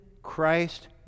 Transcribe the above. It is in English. Christ